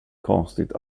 konstigt